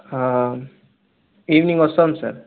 evening వస్తాం sir